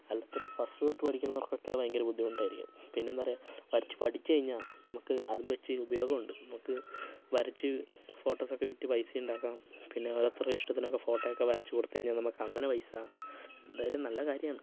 അല്ലാത്തവരു first തൊട്ട് പഠിക്കുന്നവർക്കൊക്കെ ഭയങ്കര ബുദ്ധിമുട്ടായിരിക്കും പിന്നെയെന്താ പറയുക വരച്ചു പഠിച്ചു കഴിഞ്ഞാൽ നമുക്ക് അതും വെച്ച് ഉപയോഗമുണ്ട് നമുക്ക് വരച്ച് ഫോട്ടോസൊക്കെ വിറ്റ് പൈസ ഉണ്ടാക്കാം പിന്നെ ഓരോരുത്തരുടെ ഇഷ്ടത്തിനൊക്കെ ഫോട്ടോയൊക്കെ വരച്ച് കൊടുത്തു കഴിഞ്ഞാൽ നമുക്ക് അങ്ങനെ പൈസ എന്തായാലും നല്ല കാര്യമാണ്